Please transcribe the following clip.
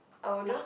I will just